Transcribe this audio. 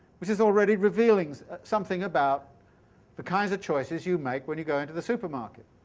which is already revealing something about the kinds of choices you make when you go into the supermarket.